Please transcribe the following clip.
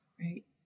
right